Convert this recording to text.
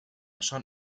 schon